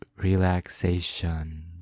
Relaxation